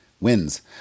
wins